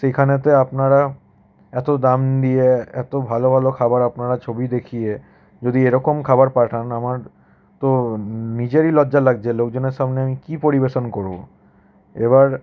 সেইখানেতে আপনারা এতো দাম দিয়ে এতো ভালো ভালো খাবার আপনারা ছবি দেখিয়ে যদি এরকম খাবার পাঠান আমার তো নিজেরই লজ্জা লাগছে লোকজনের সামনে আমি কী পরিবেশন করবো এবার